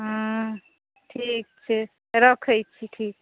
ठीक छै रखए छी ठीक